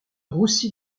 roussy